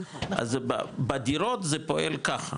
אז בדירות זה פועל ככה